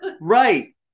right